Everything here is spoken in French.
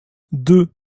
deux